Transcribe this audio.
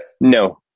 No